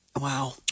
Wow